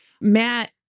Matt